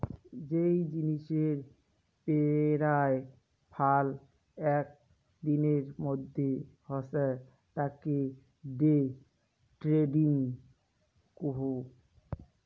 যেই জিনিসের পেরায় ফাল আক দিনের মধ্যে হসে তাকে ডে ট্রেডিং কুহ